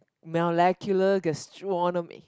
molecular gastronomy